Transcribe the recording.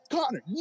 Connor